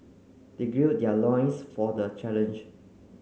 they gird their loins for the challenge